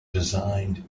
designed